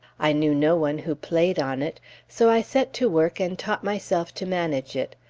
i knew no one who played on it so i set to work, and taught myself to manage it,